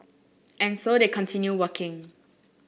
and so they continue working